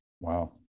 Wow